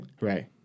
Right